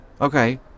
Okay